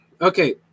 okay